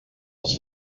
els